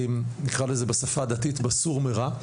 ובשפה הדתית בסור מרע.